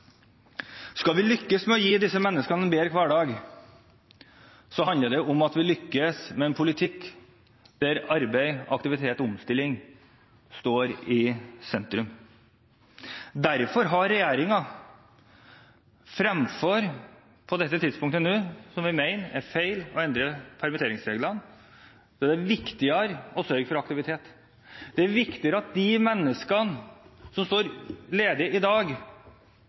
Skal vi lykkes med å gi disse menneskene en bedre hverdag, handler det om at vi må lykkes med en politikk der arbeid, aktivitet og omstilling står i sentrum. Derfor mener regjeringen at fremfor på dette tidspunktet, som vi mener er feil, å endre permitteringsreglene er det viktigere å sørge for aktivitet. Det er viktigere at de menneskene som står ledig i dag,